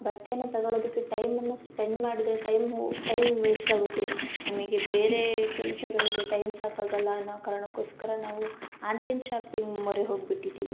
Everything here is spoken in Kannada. ಬಟ್ಟೆ ತಗೋಳೋದಿಕ್ಕೆ ಟೈಮನ್ನು ಸ್ಪೆಂಡ್ ಮಾಡಿದ್ರೆ ಟೈಮು ಟೈಮ್ ವೇಸ್ಟ್ ಆಗುತ್ತೆ ನಮಗೆ ಬೇರೆ ಕೆಲಸಗಳಿಗೆ ಟೈಮ್ ಸಾಕಾಗೋಲ್ಲ ಅನ್ನೋ ಕಾರಣಕೋಸ್ಕರ ನಾವು ಆನ್ಲೈನ್ ಶಾಪಿಂಗ್ ಮೊರೆ ಹೋಗ್ಬಿಟ್ಟಿದ್ದೀವಿ